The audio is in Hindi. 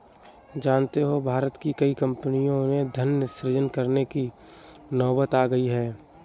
जानते हो भारत की कई कम्पनियों में धन सृजन करने की नौबत आ गई है